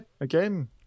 again